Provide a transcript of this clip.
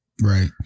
Right